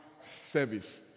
service